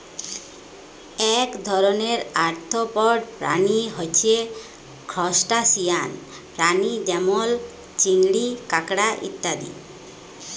এক ধরণের আর্থ্রপড প্রাণী হচ্যে ত্রুসটাসিয়ান প্রাণী যেমল চিংড়ি, কাঁকড়া ইত্যাদি